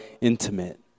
intimate